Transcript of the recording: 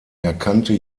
erkannte